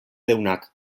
deunak